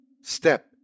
step